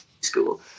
school